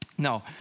No